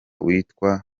witwa